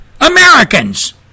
Americans